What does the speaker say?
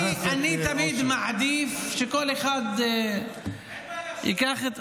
אני תמיד מעדיף שכל אחד ייקח את,